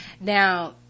Now